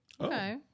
Okay